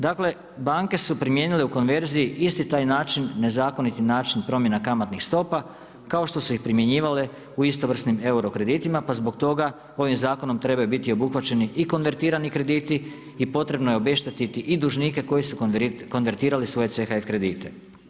Dakle, banke su primijenile u konverziji isti taj način, nezakoniti način promjena kamatnih stopa kao što su i primjenjivale u istovrsnim euro kreditima pa zbog toga ovim zakonom trebaju biti obuhvaćeni i konvertirani krediti i potrebno je obeštetiti i dužnike koji su konvertirali svoje CHF kredite.